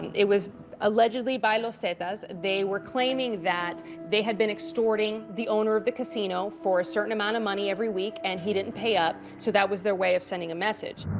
it was allegedly by los zetas. they were claiming that they had been extorting the owner of the casino for a certain amount of money every week. and he didn't pay up. so that was their way of sending a message.